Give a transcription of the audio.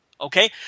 okay